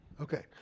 Okay